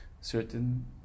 certain